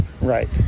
Right